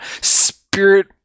spirit